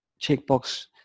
checkbox